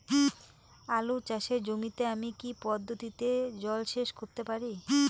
আলু চাষে জমিতে আমি কী পদ্ধতিতে জলসেচ করতে পারি?